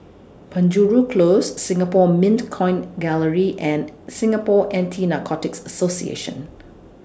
Penjuru Close Singapore Mint Coin Gallery and Singapore Anti Narcotics Association